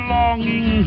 longing